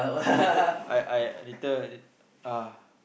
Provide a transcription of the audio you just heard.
later I I later I uh